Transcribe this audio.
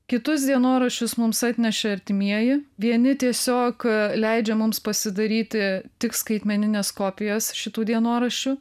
kitus dienoraščius mums atneša artimieji vieni tiesiog leidžia mums pasidaryti tik skaitmenines kopijas šitų dienoraščių